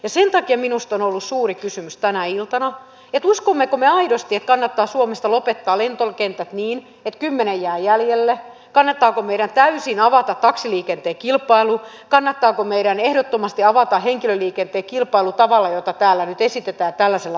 sen takia minusta on ollut suuri kysymys tänä iltana että uskommeko me aidosti että kannattaa suomesta lopettaa lentokentät niin että kymmenen jää jäljelle kannattako meidän täysin avata taksiliikenteen kilpailu kannattaako meidän ehdottomasti avata henkilöliikenteen kilpailu tavalla jota täällä nyt esitetään tällaisella aikataululla